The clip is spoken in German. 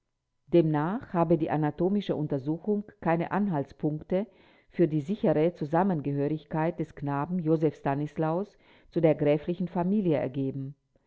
demnach habe die anatomische untersuchung keine anhaltspunkte für die sichere zusammengehörigkeit des knaben joseph stanislaus zu der gräflichen familie ergeben